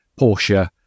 Porsche